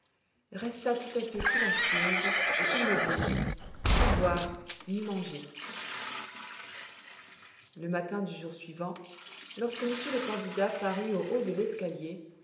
resta tout à fait silencieuse et immobile sans boire ni manger le matin du jour suivant lorsque monsieur le candidat parut au haut de l'escalier